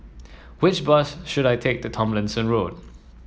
which bus should I take to Tomlinson Road